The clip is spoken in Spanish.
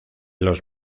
los